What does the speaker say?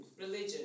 Religion